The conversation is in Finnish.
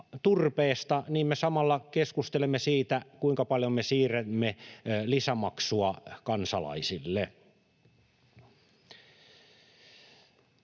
turpeesta, me keskustelemme siitä, kuinka paljon me siirrämme lisämaksua kansalaisille.